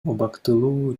убактылуу